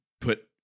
put